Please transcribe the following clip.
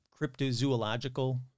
cryptozoological